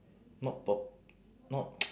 not p~ not